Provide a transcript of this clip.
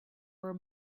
were